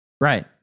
right